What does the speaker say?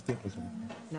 בואי,